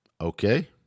Okay